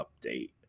update